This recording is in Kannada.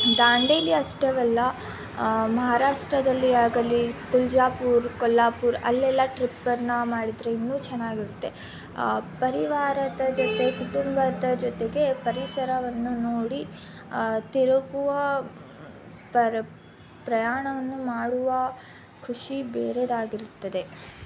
ದಾಂಡೇಲಿ ಅಷ್ಟೇವೆಲ್ಲ ಮಹಾರಾಷ್ಟ್ರದಲ್ಲಿ ಆಗಲಿ ತುಳಜಾಪುರ ಕೊಲ್ಹಾಪುರ ಅಲ್ಲೆಲ್ಲ ಟ್ರಿಪ್ಪನ್ನು ಮಾಡಿದರೆ ಇನ್ನೂ ಚೆನ್ನಾಗಿರುತ್ತೆ ಪರಿವಾರದ ಜೊತೆ ಕುಟುಂಬದ ಜೊತೆಗೆ ಪರಿಸರವನ್ನು ನೋಡಿ ತಿರುಗುವ ಪ್ರಯಾಣವನ್ನು ಮಾಡುವ ಖುಷಿ ಬೇರೆಯದಾಗಿರುತ್ತದೆ